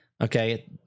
Okay